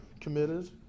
committed